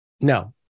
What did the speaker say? No